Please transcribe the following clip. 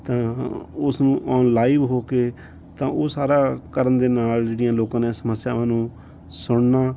ਤਾਂ ਉਸਨੂੰ on live ਹੋ ਕੇ ਤਾਂ ਉਹ ਸਾਰਾ ਕਰਨ ਦੇ ਨਾਲ ਜਿਹੜੀਆਂ ਲੋਕਾਂ ਨੇ ਸਮੱਸਿਆਵਾਂ ਨੂੰ ਸੁਣਨਾ